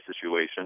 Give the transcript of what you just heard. situation